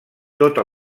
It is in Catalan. tota